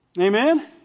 Amen